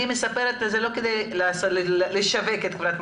אני מספרת את זה לא כדי לשווק את מט"ב,